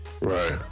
Right